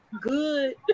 good